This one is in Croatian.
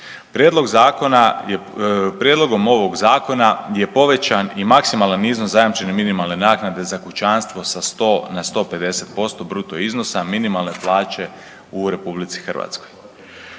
prijedlogom ovog zakona je povećan i maksimalan iznos zajamčene minimalne naknade za kućanstvo sa 100 na 150% bruto iznosa minimalne plaće u RH. Ako